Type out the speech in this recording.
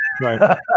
right